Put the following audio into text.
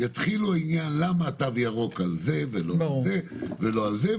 יתחיל העניין: למה תו ירוק על זה ולא על זה ולא על זה?